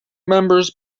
members